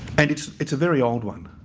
and it's it's a very old one.